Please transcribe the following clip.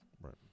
Right